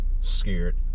Scared